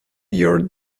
your